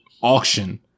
auction